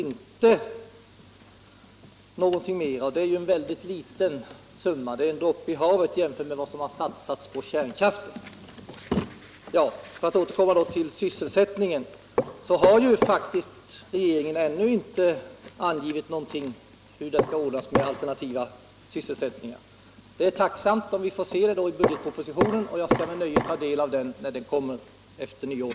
Det är en väldigt liten summa — en droppe i havet — jämfört med vad som satsats på kärnkraften. Regeringen har ännu inte angivit hur den alternativa sysselsättningen skall ordnas. Det vore tacknämligt att få se ett förslag till lösning på den frågan i budgetpropositionen. Jag skall med nöje ta del av den efter nyår.